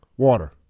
Water